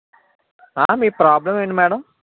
మీ problem ఏంటి madam